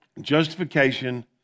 justification